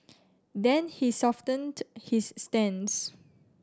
then he softened his stance